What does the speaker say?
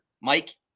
Mike